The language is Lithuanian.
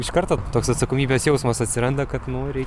iš karto toks atsakomybės jausmas atsiranda kad nu reikia